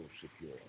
secure